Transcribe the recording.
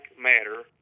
matter